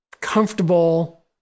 comfortable